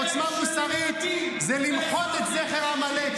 עוצמה מוסרית זה למחות את זכר עמלק.